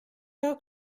are